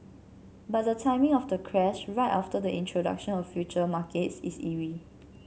but the timing of the crash right after the introduction of future markets is eerie